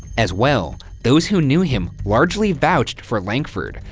as well, those who knew him largely vouched for langford,